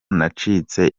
nacitse